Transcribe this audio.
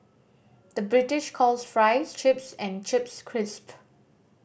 the British calls fries chips and chips crisps